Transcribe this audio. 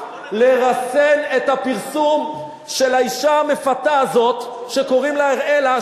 לרסן את הפרסום של האשה המפתה הזאת שקוראים לה אראלה,